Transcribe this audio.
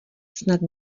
snad